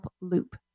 loop